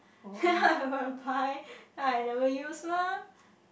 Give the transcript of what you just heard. then I go and buy then I never use mah